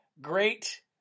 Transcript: Great